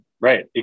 Right